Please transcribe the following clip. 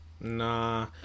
Nah